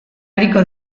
ariko